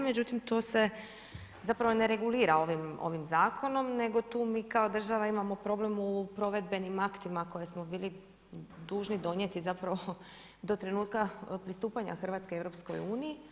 Međutim, tu se zapravo ne regulira ovim zakonom, nego tu mi kao država imamo problem u provedbenim aktima koje smo bili dužni donijeti, zapravo do trenutka pristupanja Hrvatske EU.